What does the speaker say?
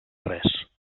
res